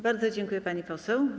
Bardzo dziękuję, pani poseł.